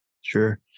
Sure